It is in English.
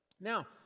Now